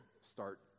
start